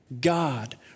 God